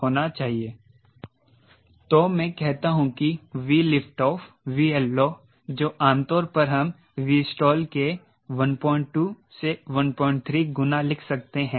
तो मैं कहता हूं कि वी लिफ्ट ऑफ 𝑉LO जो आमतौर पर हम Vstall के 12 से 13 गुणा लिख सकते हैं